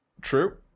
True